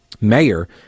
mayor